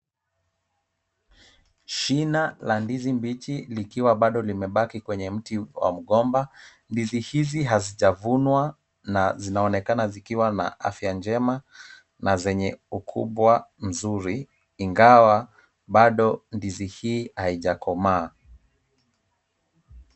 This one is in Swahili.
Shina la ndizi mbichi likiwa bado limebaki kwenye mti wa mgomba. Ndizi hizi hazijavunwa na zinaonekana zikiwa na afya njema na zenye ukubwa mzuri ingawa bado ndizi hii haijakomaa.